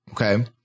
Okay